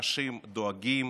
אנשים דואגים